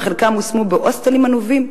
וחלקם הושמו בהוסטלים עלובים,